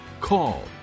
call